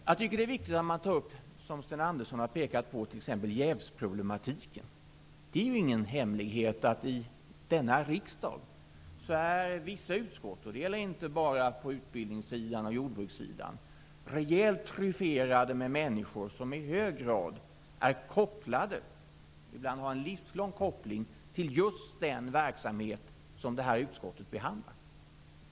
Jag tycker att det är viktigt att man tar upp t.ex. jävsproblematiken, som Sten Andersson har pekat på. Det är ingen hemlighet att vissa utskott i denna riksdag, och det gäller inte bara på utbildningssidan och jordbrukssidan, är rejält tryfferade med människor som i hög grad är kopplade - ibland är det en livslång koppling - till just den verksamhet detta utskott behandlar.